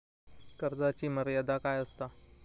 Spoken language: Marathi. कर्जाची मर्यादा काय असता?